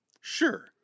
Sure